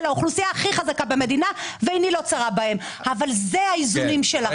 האוכלוסייה הכי חלשה בישראל אבל אלה האיזונים שלכם.